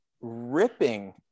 ripping